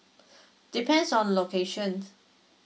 depends on the location